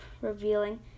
revealing